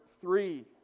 three